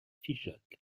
figeac